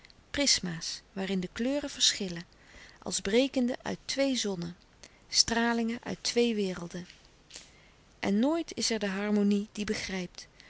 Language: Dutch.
prisma's waarin de kleuren verschillen als brekende uit twee zonnen stralingen uit twee werelden en nooit is er de harmonie die begrijpt